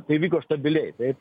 tai vyko stabiliai taip